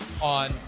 on